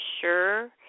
sure